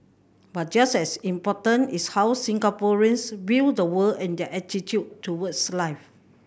but just as important is how Singaporeans view the world and their attitude towards life